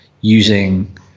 using